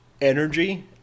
energy